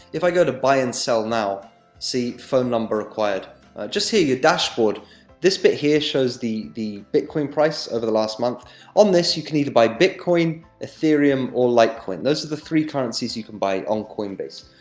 if i go to buy and sell now see phone number required just here, your dashboard this bit here shows the the bitcoin price over the last month on this, you can either buy bitcoin, ethereum or like litecoin. those are the three currencies you can buy on coinbase.